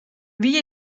wie